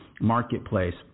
marketplace